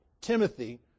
Timothy